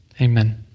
amen